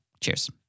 Cheers